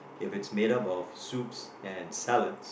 if it's made up of soups and salads